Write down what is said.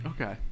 Okay